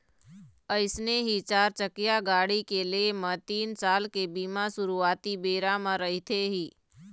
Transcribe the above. अइसने ही चारचकिया गाड़ी के लेय म तीन साल के बीमा सुरुवाती बेरा म रहिथे ही